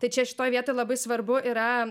tai čia šitoj vietoj labai svarbu yra